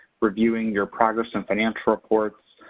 reviewing your progress and financial reports,